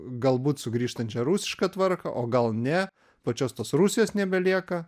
galbūt sugrįžtančią rusišką tvarką o gal ne pačios tos rusijos nebelieka